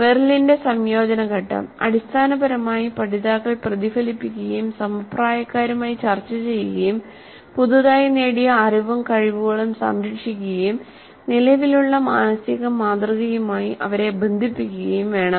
മെറിലിന്റെ സംയോജന ഘട്ടം അടിസ്ഥാനപരമായി പഠിതാക്കൾ പ്രതിഫലിപ്പിക്കുകയും സമപ്രായക്കാരുമായി ചർച്ച ചെയ്യുകയും പുതുതായി നേടിയ അറിവും കഴിവുകളും സംരക്ഷിക്കുകയും നിലവിലുള്ള മാനസിക മാതൃകയുമായി അവരെ ബന്ധിപ്പിക്കുകയും വേണം